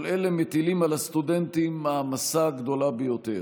כל אלה מטילים על הסטודנטים מעמסה גדולה ביותר.